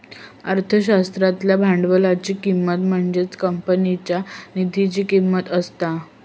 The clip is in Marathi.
अर्थशास्त्रातल्या भांडवलाची किंमत म्हणजेच कंपनीच्या निधीची किंमत असता